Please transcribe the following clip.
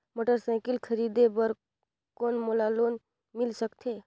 Motorcycle खरीदे बर कौन मोला लोन मिल सकथे?